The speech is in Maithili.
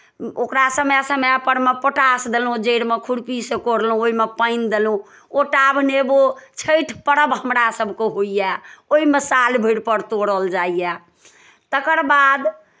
ओकरा समय समयपर मे पोटाश देलौँ जड़िमे खुरपीसँ कौड़लहुँ ओहिमे पानि देलहुँ ओ टाभ नेबो छठि पर्व हमरासभकेँ होइए ओहिमे साल भरि पर तोड़ल जाइए तकर बाद